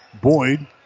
Boyd